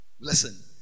Listen